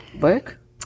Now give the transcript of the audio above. work